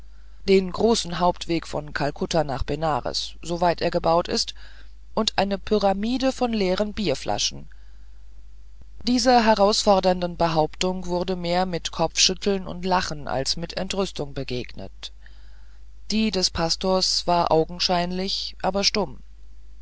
den großen hauptweg von kalkutta nach benares soweit er gebaut ist und eine pyramide von leeren bierflaschen dieser herausfordernden behauptung wurde mehr mit kopfschütteln und lachen als mit entrüstung begegnet die des pastors war augenscheinlich aber stumm